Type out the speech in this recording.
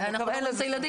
אנחנו לא רואים את הילדים.